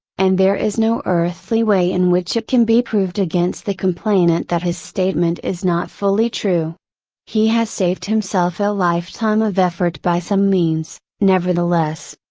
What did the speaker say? and there is no earthly way in which it can be proved against the complainant that his statement is not fully true he has saved himself a lifetime of effort by some means, nevertheless.